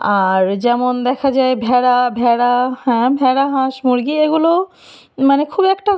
আর যেমন দেখা যায় ভেড়া ভেড়া হ্যাঁ ভেড়া হাঁস মুরগি এগুলো মানে খুব একটা